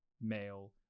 male